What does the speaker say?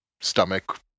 stomach